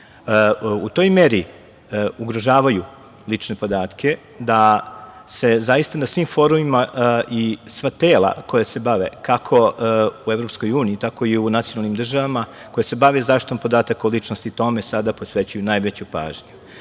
u toj meri ugrožavaju lične podatke da se zaista na svim forumima i sva tela koja se bave, kako u Evropskoj uniji tako i u nacionalnim državama, koje se bave zaštitom podataka o ličnosti tome sada posvećuju najveću pažnju.